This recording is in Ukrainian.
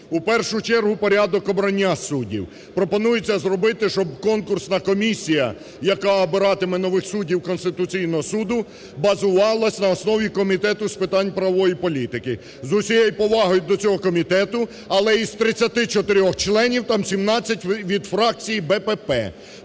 У першу чергу порядок обрання суддів. Пропонується зробити, що конкурсна комісія, яка обиратиме нових суддів Конституційного Суду, базувалась на основі Комітету з питань правової політики. З усією повагою до цього комітету, але із 34 членів там 17 від фракції БПП.